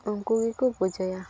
ᱩᱱᱠᱩ ᱜᱮᱠᱚ ᱯᱩᱡᱟᱹᱭᱟ